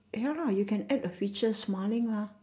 ya lah you can add the feature smiling lah